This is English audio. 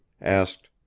asked